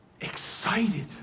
Excited